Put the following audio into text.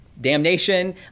damnation